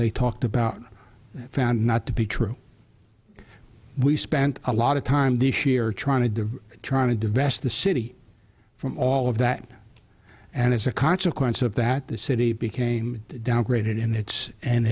they talked about found not to be true we spent a lot of time this year trying to trying to divest the city from all of that and as a consequence of that the city became downgraded and it's and